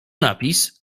napis